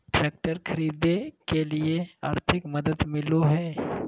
Tractor खरीदे के लिए आर्थिक मदद मिलो है?